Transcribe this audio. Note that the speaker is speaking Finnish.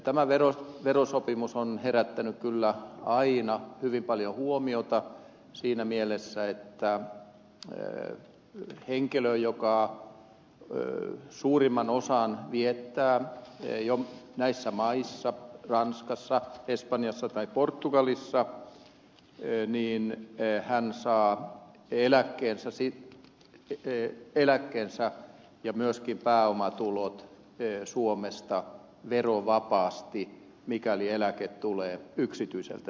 tämä verosopimus on herättänyt kyllä aina hyvin paljon huomiota siinä mielessä että henkilö joka viettää suurimman osan ajasta näissä maissa ranskassa espanjassa tai portugalissa saa eläkkeensä ja myöskin pääomatulot suomesta verovapaasti mikäli eläke tulee yksityiseltä sektorilta